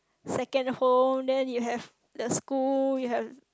second home then you have the school you have